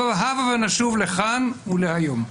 אבל הבה ונשוב לכאן ולהיום.